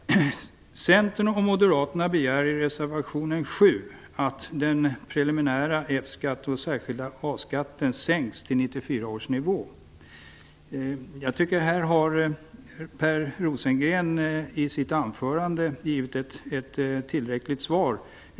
Centern och Moderaterna begär i reservation 7 att den preliminära F-skatten och den särskilda A-skatten sänks till 1994 års nivå. Jag tycker att Per Rosengren i sitt anförande har givit ett tillräckligt svar på detta.